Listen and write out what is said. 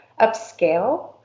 upscale